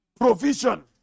provision